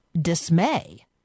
dismay